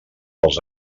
els